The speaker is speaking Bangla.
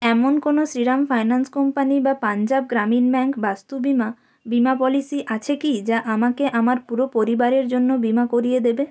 এমন কোনো শ্রীরাম ফাইন্যান্স কোম্পানি বা পাঞ্জাব গ্রামীণ ব্যাংক বাস্তু বিমা বিমা পলিসি আছে কি যা আমাকে আমার পুরো পরিবারের জন্য বিমা করিয়ে দেবে